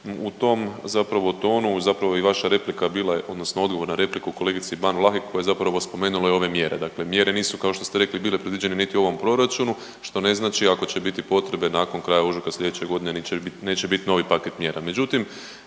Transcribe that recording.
U tom zapravo tonu, zapravo i vaša replika je bila odnosno odgovor na repliku kolegici Ban Vlahek koja je zapravo spomenula i ove mjere, dakle mjere nisu kao što ste rekli bile predviđene niti u ovom proračunu što ne znači ako će biti potrebe nakon kraja ožujka slijedeće godine neće bit novi paket mjera.